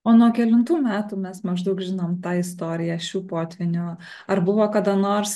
o nuo kelintų metų mes maždaug žinom tą istoriją šių potvynių ar buvo kada nors